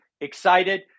excited